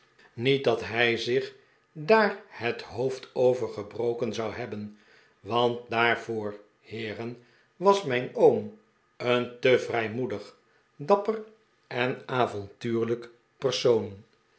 niet dat hij zich daar het hoofd over gebroken zou hebben want daarvoor heeren was mijn oom een te vrijmoedig dapper en avontuurlijk persoon